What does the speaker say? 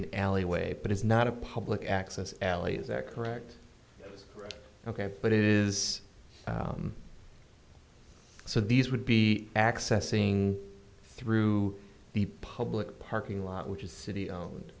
an alleyway but it's not a public access alley is that correct ok but it is so these would be accessing through the public parking lot which is city